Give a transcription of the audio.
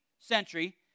century